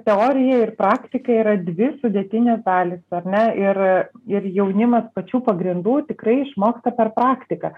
teorija ir praktika yra dvi sudėtinės dalys ar ne ir ir jaunimas pačių pagrindų tikrai išmoksta per praktiką